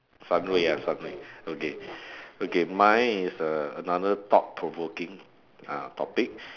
okay okay mine is uh another thought provoking uh topic